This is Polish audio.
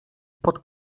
pod